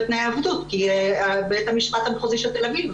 בנפגעי כתות משרד הרווחה והשירותים החברתיים,